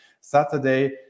Saturday